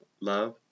love